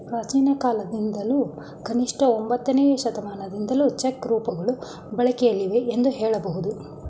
ಪ್ರಾಚೀನಕಾಲದಿಂದಲೂ ಕನಿಷ್ಠ ಒಂಬತ್ತನೇ ಶತಮಾನದಿಂದಲೂ ಚೆಕ್ ರೂಪಗಳು ಬಳಕೆಯಲ್ಲಿವೆ ಎಂದು ಹೇಳಬಹುದು